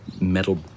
metal